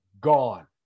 gone